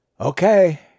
Okay